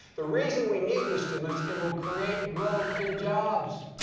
the reason we need this stimulus it will create growth and jobs.